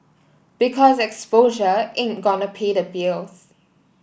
because 'exposure' ain't gonna pay the bills